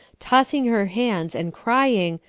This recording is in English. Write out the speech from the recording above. tossing her hands, and crying,